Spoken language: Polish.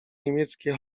niemieckie